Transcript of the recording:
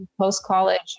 post-college